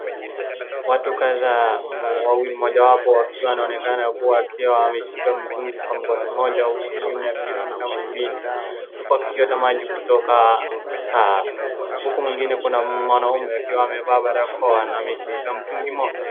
Watu kadhaa mmoja wapo akiwa anaonekana kuwa akiwa ameshika mtungi kwa mkono mmoja huku mwingine akishika mwingine. Huku akichota maji kutoka tap . Huku mwingine kuna mwanaume akiwa amevaa barakoa na ameshika mtungi moja.